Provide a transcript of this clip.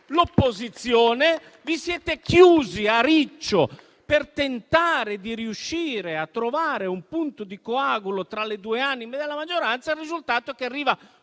l'opposizione e vi siete chiusi a riccio per tentare di riuscire a trovare un punto di coagulo tra le due anime della maggioranza. Il risultato è che arriva